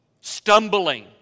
stumbling